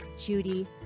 judy